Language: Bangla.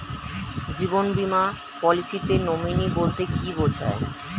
জীবন বীমা পলিসিতে নমিনি বলতে কি বুঝায়?